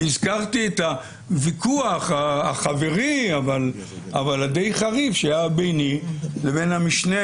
והזכרתי את הוויכוח החברי אבל הדי-חריף שהיה ביני לבין המשנה